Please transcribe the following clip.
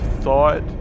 thought